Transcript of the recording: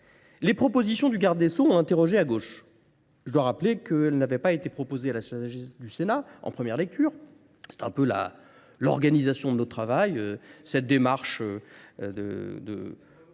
Les propositions du garde des Sceaux ont interrogé à gauche. Je dois rappeler qu'elles n'avaient pas été proposées à la sénat en première lecture. C'est un peu l'organisation de notre travail, cette démarche